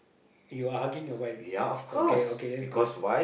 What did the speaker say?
you are hugging your wife okay okay that's good